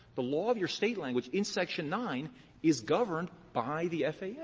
the law of your state language in section nine is governed by the faa. yeah